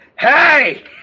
Hey